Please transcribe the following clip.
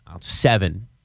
seven